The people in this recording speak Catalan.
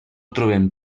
trobem